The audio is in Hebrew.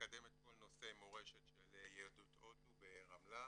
לקדם את כל נושא מורשת יהדות הודו ברמלה.